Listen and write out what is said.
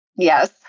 Yes